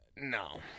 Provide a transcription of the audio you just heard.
No